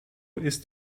ist